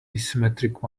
asymmetric